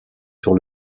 sur